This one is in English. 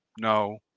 no